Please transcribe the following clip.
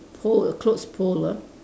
pole a clothes pole lah